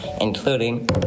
including